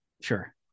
Sure